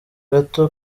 gato